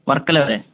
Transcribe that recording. വർക്കല വരെ